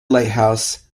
lighthouse